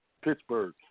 Pittsburgh